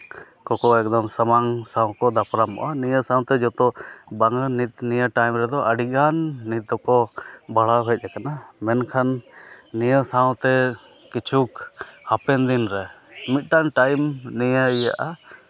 ᱠᱚᱠᱚ ᱮᱠᱫᱚᱢ ᱥᱟᱢᱟᱝ ᱥᱟᱶᱠᱚ ᱫᱟᱯᱨᱟᱢᱚᱜᱟ ᱱᱤᱭᱟᱹ ᱥᱟᱶᱛᱮ ᱡᱚᱛᱚ ᱵᱟᱝᱟ ᱱᱤᱭᱟᱹ ᱴᱟᱭᱤᱢ ᱨᱮᱫᱚ ᱟᱹᱰᱤᱜᱟᱱ ᱱᱤᱛ ᱫᱚᱠᱚ ᱵᱟᱲᱦᱟᱣ ᱦᱮᱡ ᱟᱠᱟᱱᱟ ᱢᱮᱱᱠᱷᱟᱱ ᱱᱤᱭᱟᱹ ᱥᱟᱶᱛᱮ ᱠᱤᱪᱷᱩᱠ ᱦᱟᱯᱮᱱ ᱫᱤᱱ ᱨᱮ ᱢᱤᱫᱴᱟᱱ ᱴᱟᱴᱭᱤᱢ ᱱᱤᱭᱟᱹ ᱤᱭᱟᱹᱜᱼᱟ